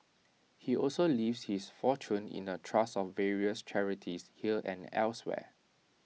he also leaves his fortune in A trust for various charities here and elsewhere